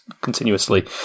continuously